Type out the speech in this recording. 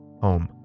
Home